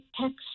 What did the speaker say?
text